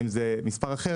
האם זה מספר אחר